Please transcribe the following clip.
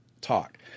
talk